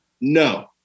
No